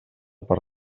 per